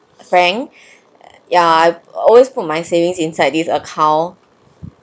bank yeah I always put my savings inside this account